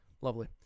lovely